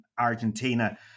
Argentina